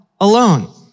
alone